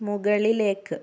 മുകളിലേക്ക്